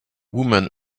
woman